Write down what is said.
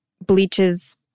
bleaches